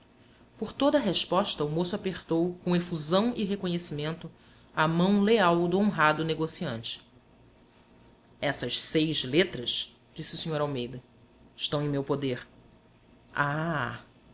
por toda a resposta o moço apertou com efusão e reconhecimento a mão leal do honrado negociante essas seis letras disse o sr almeida estão em meu poder ah